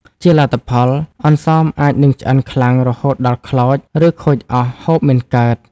ជាលទ្ធផល អន្សមអាចនឹងឆ្អិនខ្លាំងរហូតដល់ ខ្លោច ឬខូចអស់ ហូបមិនកើត។